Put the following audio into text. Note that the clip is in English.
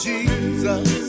Jesus